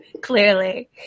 clearly